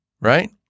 right